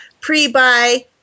pre-buy